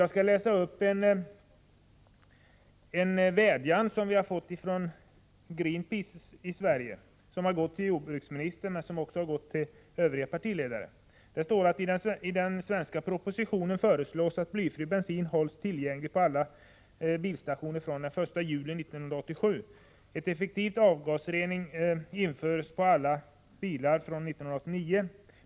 Jag vill läsa upp en vädjan från Greenpeace i Sverige som har sänts till jordbruksministern men också till partiledarna: ”I den svenska propositionen föreslås att blyfri bensin hålls tillgänglig på alla bensinstationer från 1 juli 1987, att effektiv avgasrening införs på alla nya bilar från 1989.